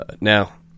Now